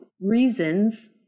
reasons